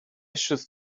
should